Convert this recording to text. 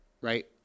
right